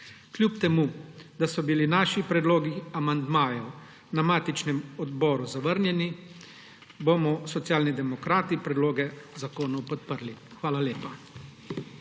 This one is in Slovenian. Kljub temu, da so bili naši predlogi amandmajev na matičnem odboru zavrnjeni bomo Socialni demokrati predloge zakonov podprli. Hvala lepa.